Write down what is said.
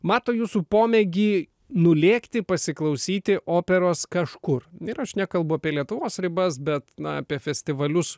mato jūsų pomėgį nulėkti pasiklausyti operos kažkur ir aš nekalbu apie lietuvos ribas bet na apie festivalius